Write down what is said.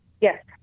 yes